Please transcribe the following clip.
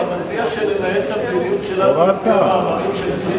אתה מציע שננהל את המדיניות שלנו לפי המאמרים של פרידמן?